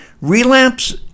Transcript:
relapse